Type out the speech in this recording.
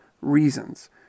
reasons